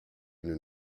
une